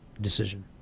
Decision